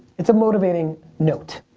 it's a motivating note.